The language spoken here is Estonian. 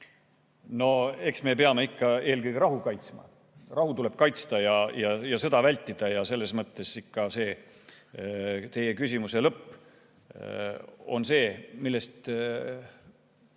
No eks me peame ikka eelkõige rahu kaitsma. Rahu tuleb kaitsta ja sõda vältida. Selles mõttes ikka see teie küsimuse lõpp on see, millest